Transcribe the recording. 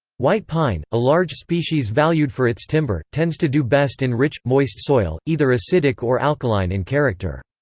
white pine, a large species valued for its timber, tends to do best in rich, moist soil, either acidic or alkaline in character.